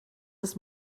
des